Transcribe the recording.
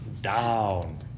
down